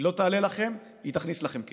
היא לא תעלה לכם, היא תכניס לכם כסף.